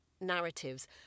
narratives